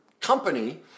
company